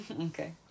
Okay